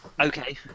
Okay